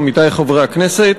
עמיתי חברי הכנסת,